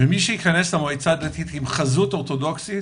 ומי שייכנס למועצה הדתית עם חזות אורתודוכסית,